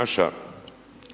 naša